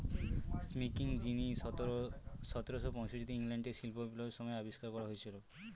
spinning jenny সতেরোশো পয়ষট্টিতে ইংল্যান্ডে শিল্প বিপ্লবের সময় আবিষ্কার করা হয়েছিল